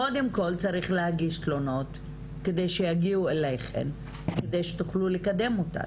קודם כל צריך להגיש תלונות כדי שיגיעו אליכם כדי שתוכלו לקדם אותם,